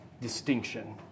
distinction